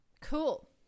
Cool